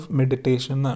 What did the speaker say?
meditation